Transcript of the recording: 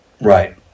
Right